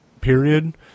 period